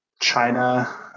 China